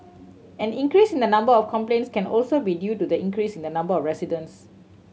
an increase in the number of complaints can also be due to the increase in the number of residents